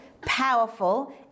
powerful